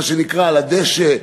מה שנקרא על הדשא,